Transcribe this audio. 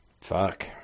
Fuck